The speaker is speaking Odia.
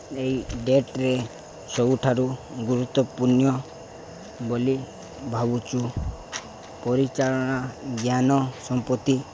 ଏହି ଡେଟ୍ରେ ସବୁଠାରୁ ଗୁରୁତ୍ୱପୂର୍ଣ୍ଣ ବୋଲି ଭାବୁଛୁ ପରିଚାଳନା ଜ୍ଞାନ ସମ୍ପତ୍ତି